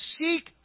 seek